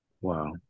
Wow